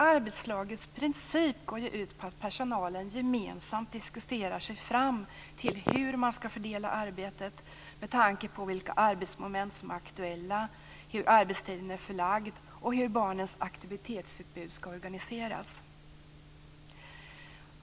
Arbetslagets princip går ju ut på att personalen gemensamt diskuterar sig fram till hur man skall fördela arbetet med tanke på vilka arbetsmoment som är aktuella, hur arbetstiden är förlagd och hur barnens aktivitetsutbud skall organiseras.